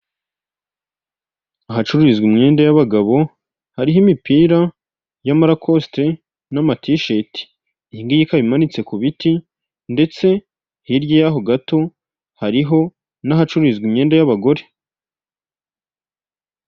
Ishusho iri mu ibara ry'ubururu ndetse n'umweru ishushanyijeho telefone iri kugaragazaho akanyenyeri maganinani urwego hari imibare yanditswe impande hariho amagambo ari mu rurimi rw'icyongereza ndetse n'andi ari mu ururimi rw'ikinyarwanda makeya na nimero za telefoni.